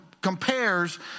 compares